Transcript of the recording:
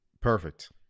Perfect